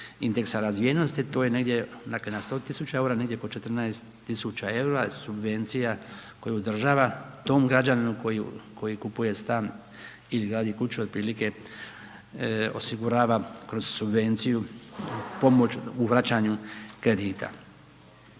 indeksa razvijenosti, to je negdje dakle na 100 tisuća eura negdje oko 14 tisuća eura subvencija koje država tom građaninu koji kupuje stan ili gradi kuću otprilike osigurava kroz subvenciju, pomoć u vraćanju kredita.